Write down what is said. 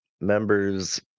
members